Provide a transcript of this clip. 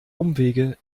umwege